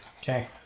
Okay